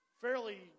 fairly